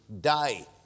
die